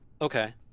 Okay